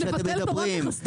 (הישיבה נפסקה בשעה